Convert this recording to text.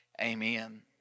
Amen